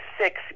six